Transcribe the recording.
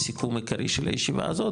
סיכום עיקרי של הישיבה הזאת,